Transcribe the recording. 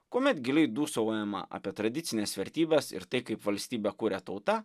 kuomet giliai dūsaujama apie tradicines vertybes ir tai kaip valstybę kuria tauta